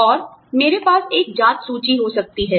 और मेरे पास एक जाँच सूची हो सकती है